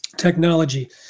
technology